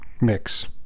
mix